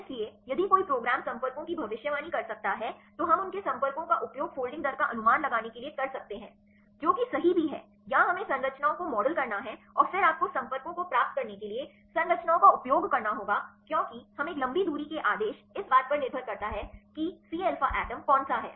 इसलिए यदि कोई प्रोग्राम संपर्कों की भविष्यवाणी कर सकता है तो हम उनके संपर्कों का उपयोग फोल्डिंग दर का अनुमान लगाने के लिए कर सकते हैं जो कि सही भी है या हमें संरचनाओं को मॉडल करना है और फिर आपको संपर्कों को प्राप्त करने के लिए संरचनाओं का उपयोग करना होगा क्योंकि हम एक लंबी दूरी के आदेश इस बात पर निर्भर करता है कि एटम c अल्फ़ा एटम कौन सा है